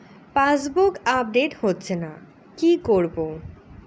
Passbook update হচ্ছেনা কি করবো?